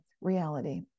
reality